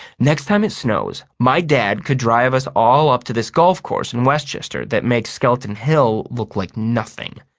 next time it snows, my dad could drive us all up to this golf course in westchester that makes skeleton hill look like nothing.